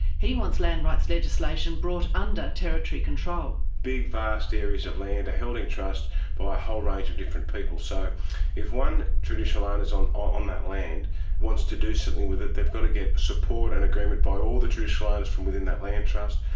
he wants land rights legislation brought under territory control. big vast areas of land are held in trust by a whole range of different people. so if one traditional ah owner on on that land wants to do something with it, they've got to get support and agreement by all the traditional owners from within that land trust.